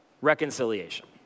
reconciliation